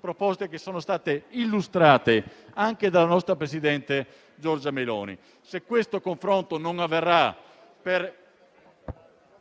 proposte, che sono depositate e illustrate anche dalla nostra presidente Giorgia Meloni. Sarà grave se questo confronto non avverrà per